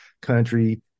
country